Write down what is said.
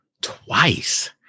twice